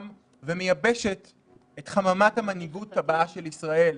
ומייבשת את חממת המנהיגות הבאה של ישראל.